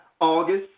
August